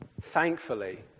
Thankfully